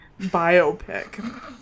biopic